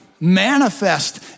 manifest